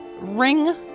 Ring